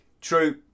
true